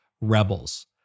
rebels